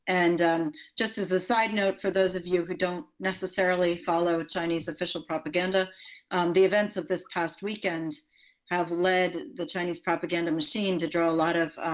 and just as a side note, for those of you who don't necessarily follow chinese official propaganda the events of this past weekend have led the chinese propaganda machine to draw a lot of